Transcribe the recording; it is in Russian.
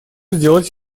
сделать